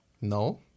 No